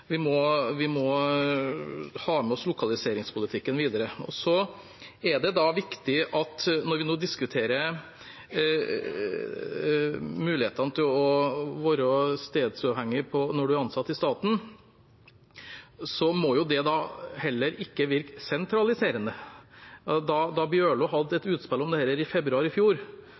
vi at det er en helhet i dette, og at vi må ha med oss lokaliseringspolitikken videre. Og når vi nå diskuterer muligheten til å være stedsuavhengig når man er ansatt i staten, er det viktig at det heller ikke må virke sentraliserende. Da Bjørlo hadde et utspill om dette i februar i fjor,